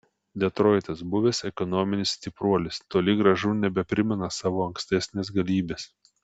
detroitas buvęs ekonominis stipruolis toli gražu nebeprimena savo ankstesnės galybės